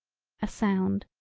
a sound.